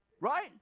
right